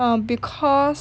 err because